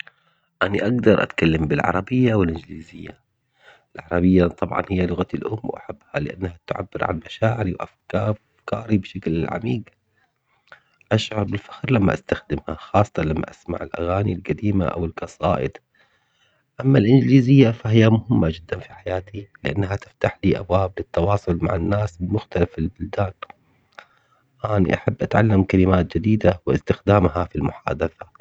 أني أقدر أتكلم بالعربية والإنجليزية، العربية طبعاً هي لغتي الأم وأحبها لأنها تعبر عن مشاعري وأفكاري بشكل عميق، أشعر بالفخر لما أستخدمها خاصةً لما أسمع الأغاني القديمة أو القصائد، أما الإنجليزية فهي مهمة جداً في حياتي لأنها تفتح لي أبواب التواصل مع الناس بمختلف البلدان، أني أحب أتعلم كلمات جديدة واستخدامها في المحادثات.